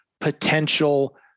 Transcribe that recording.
potential